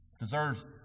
Deserves